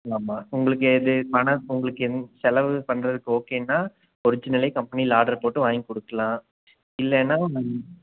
ஆமாம் உங்களுக்கு எது பணம் உங்களுக்கு எந்த செலவு பண்ணுறதுக்கு ஓகேனால் ஒர்ஜினலே கம்பெனியில் ஆர்டர் போட்டு வாங்கி கொடுக்கலாம் இல்லைனால்